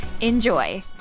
Enjoy